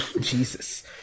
Jesus